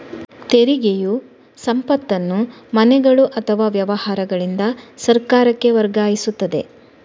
ತೆರಿಗೆಯು ಸಂಪತ್ತನ್ನು ಮನೆಗಳು ಅಥವಾ ವ್ಯವಹಾರಗಳಿಂದ ಸರ್ಕಾರಕ್ಕೆ ವರ್ಗಾಯಿಸುತ್ತದೆ